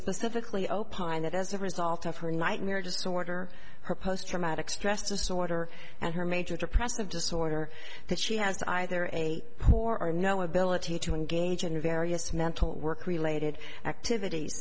specifically opined that as a result of her nightmare disorder her post traumatic stress disorder and her major depressive disorder that she has either a poor are no ability to engage in various mental work related activities